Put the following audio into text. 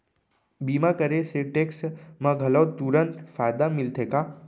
बीमा करे से टेक्स मा घलव तुरंत फायदा मिलथे का?